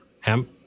Hemp